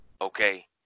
okay